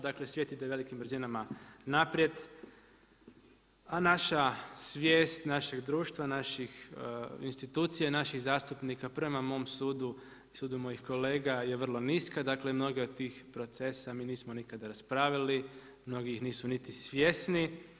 Dakle svijet ide velikim brzinama naprijed, a naša svijest našeg društva, naših institucija, naših zastupnika prema mom sudu i sudu mojih kolega je vrlo niska, dakle mnoge od tih procesa mi nismo nikada raspravili, mnogi ih nisu niti svjesni.